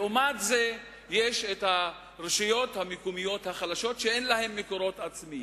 לעומת זה יש הרשויות המקומיות החלשות שאין להן מקורות עצמיים.